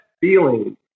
feeling